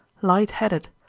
light-headed,